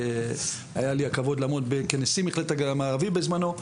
היה לי הכבוד לעמוד כנשיא מכללת הגליל המערבי בזמנו,